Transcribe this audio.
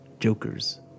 Jokers